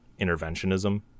interventionism